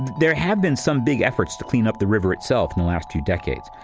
there had been some big efforts to clean up the river itself in the last two decades.